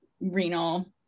renal